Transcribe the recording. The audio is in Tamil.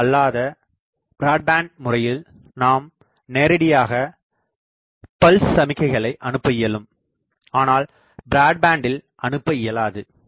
பரவல் அல்லாத பிராட்பேண்ட் முறையில் நாம் நேரடியாக பல்ஸ் சமிக்கைகளை அனுப்ப இயலும் ஆனால் பிராட்பேண்ட்டில் அனுப்ப இயலாது